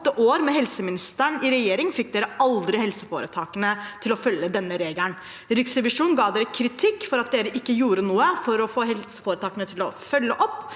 åtte år med helseministeren i regjering, fikk man aldri helseforetakene til å følge denne regelen. Riksrevisjonen ga kritikk for at man ikke gjorde noe for å få helseforetakene til å følge opp.